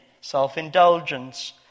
self-indulgence